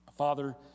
Father